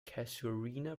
casuarina